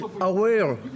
aware